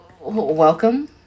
welcome